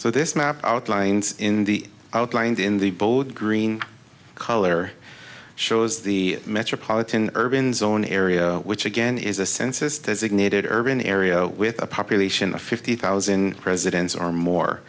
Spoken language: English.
so this map outlined in the outlined in the both green color shows the metropolitan urban zone area which again is a census designated urban area with a population of fifty thousand residents are more